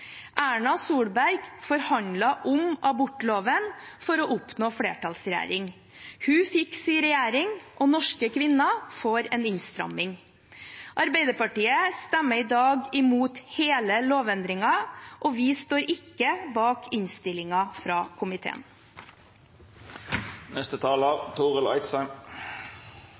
Erna Solberg forhandlet om abortloven for å oppnå flertallsregjering. Hun fikk sin regjering, og norske kvinner får en innstramming. Arbeiderpartiet stemmer i dag imot hele lovendringen, og vi står ikke bak innstillingen fra